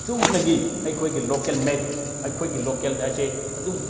ꯆꯨꯝꯅꯒꯤ ꯑꯩꯈꯣꯏꯒꯤ ꯂꯣꯀꯦꯜ ꯃꯦꯠ ꯑꯩꯈꯣꯏꯒꯤ ꯂꯣꯀꯦꯜ ꯑꯁꯦ ꯑꯗꯨꯝ